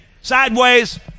Sideways